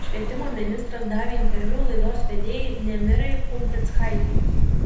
švietimo ministras davė interviu laidos vedėjai nemirai pumprickaitei